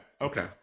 okay